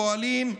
פועלים,